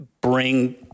bring